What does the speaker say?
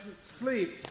sleep